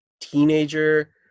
teenager